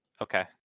Okay